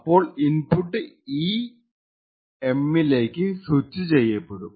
അപ്പോൾ input E M ലേക്ക് switch ചെയ്യപ്പെടും